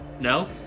No